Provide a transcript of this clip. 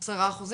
זה משפחות